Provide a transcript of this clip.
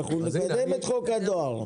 אנחנו נקדם את חוק הדואר.